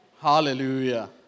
Hallelujah